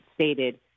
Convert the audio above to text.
stated